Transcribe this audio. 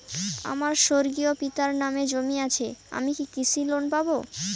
আমার স্বর্গীয় পিতার নামে জমি আছে আমি কি কৃষি লোন পাব?